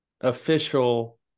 official